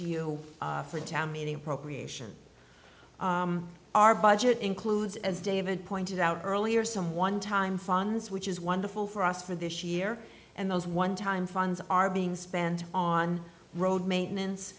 you for a town meeting appropriation our budget includes as david pointed out earlier some one time funds which is wonderful for us for this year and those one time funds are being spent on road maintenance